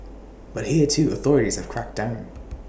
but here too authorities have cracked down